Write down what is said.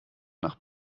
nach